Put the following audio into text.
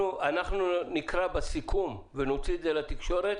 אנחנו נקרא בסיכום ונוציא את זה לתקשורת